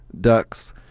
ducks